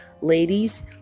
ladies